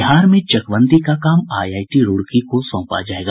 बिहार में चकबंदी का काम आईआईटी रूड़की को सौंपा जायेगा